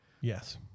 Yes